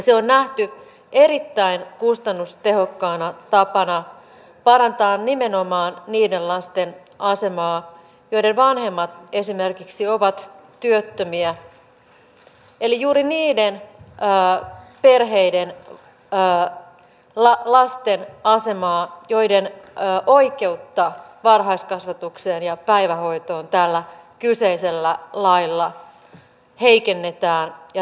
se on nähty erittäin kustannustehokkaaksi tavaksi parantaa nimenomaan niiden lasten asemaa joiden vanhemmat ovat esimerkiksi työttömiä eli juuri niiden perheiden lasten asemaa joiden oikeutta varhaiskasvatukseen ja päivähoitoon tällä kyseisellä lailla heikennetään ja rajoitetaan